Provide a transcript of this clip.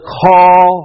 call